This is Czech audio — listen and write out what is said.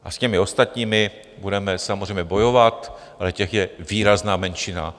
A s těmi ostatními budeme samozřejmě bojovat, ale těch je výrazná menšina.